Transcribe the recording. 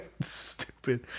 Stupid